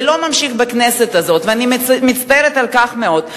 ולא ממשיך בכנסת הזאת, ואני מצטערת על כך מאוד.